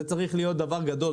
זה צריך להיות דבר גדול,